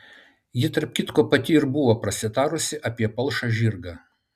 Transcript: ji tarp kitko pati ir buvo prasitarusi apie palšą žirgą